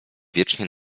wiecznie